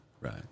Right